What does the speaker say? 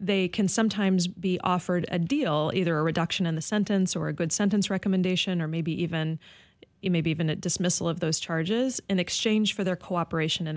they can sometimes be offered a deal either a reduction in the sentence or a good sentence recommendation or maybe even maybe even a dismissal of those charges in exchange for their cooperation in a